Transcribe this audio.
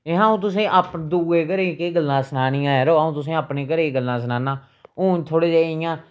ऐ हां अ'ऊं तुसेंगी दुए घरै गी केह् गल्लां सनानियां यरा अ'ऊं तुसेंगी अपनी घरै दी गल्लां सनानां हून थोह्ड़े जेह् इ'यां